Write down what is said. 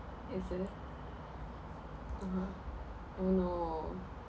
is it (uh huh) oh no